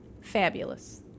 fabulous